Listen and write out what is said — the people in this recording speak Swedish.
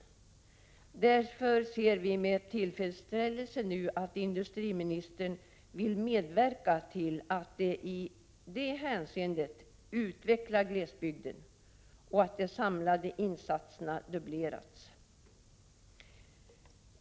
Därför ser vi med tillfredsställelse att industriministern vill medverka till att i det hänseendet ”utveckla glesbygden”, och att de samlade insatserna dubblerats.